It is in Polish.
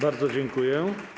Bardzo dziękuję.